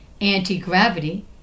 Anti-gravity